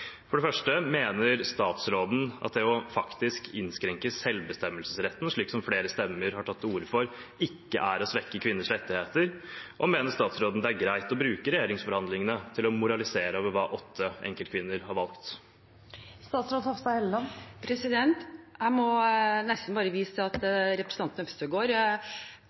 For det første: Mener statsråden at det faktisk å innskrenke selvbestemmelsesretten, slik flere har tatt til orde for, ikke er å svekke kvinners rettigheter? For det andre: Mener statsråden det er greit å bruke regjeringsforhandlingene til å moralisere over hva åtte enkeltkvinner har valgt? Jeg må nesten bare vise til at representanten Øvstegård